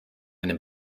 einen